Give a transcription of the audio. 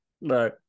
No